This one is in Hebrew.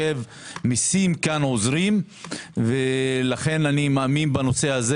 מיסים כאן עוזרים ולכן אני מאמין בנושא הזה